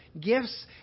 gifts